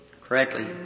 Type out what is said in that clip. Correctly